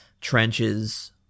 trenches